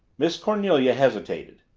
miss cornelia hesitated.